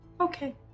Okay